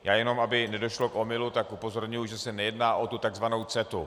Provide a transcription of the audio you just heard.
Já jenom aby nedošlo k omylu, tak upozorňuji, že se nejedná o tu tzv. CETA.